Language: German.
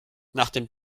nachdem